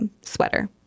sweater